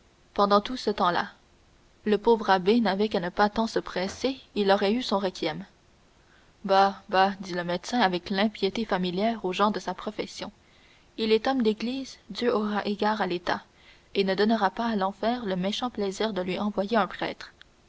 pendant tout ce temps-là le pauvre abbé n'avait qu'à ne pas tant se presser et il aurait eu son requiem bah bah hyères dit le médecin avec l'impiété familière aux gens de sa profession il est homme d'église dieu aura égard à l'état et ne donnera pas à l'enfer le méchant plaisir de lui envoyer un prêtre